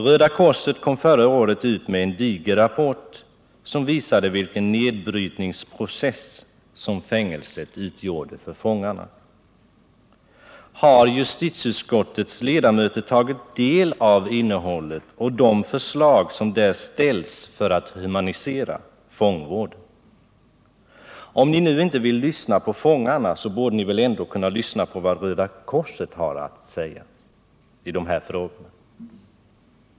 Röda korset kom förra året ut med en diger rapport som visade vilken nedbrytningsprocess fängelset utgjorde för fångarna. Har justitieutskottets ledamöter tagit del av innehållet och de förslag som där ställs för att humanisera fångvården? Om ni nu inte vill lyssna på fångarna, så borde ni väl ändock kunna lyssna på vad Röda korset har att säga i de här frågorna.